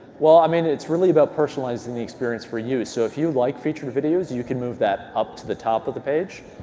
i mean it's really about personalizing the experience for you. so if you like featured videos, you can move that up to the top of the page.